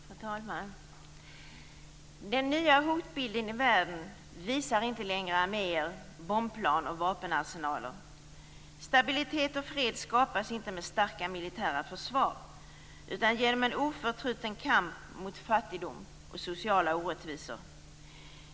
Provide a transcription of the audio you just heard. Fru talman! Den nya hotbilden i världen visar inte längre arméer, bombplan och vapenarsenaler. Stabilitet och fred skapas inte med starka militära försvar utan genom en oförtruten kamp mot fattigdom och sociala orättvisor.